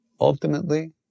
Ultimately